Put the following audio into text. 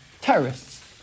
terrorists